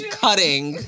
cutting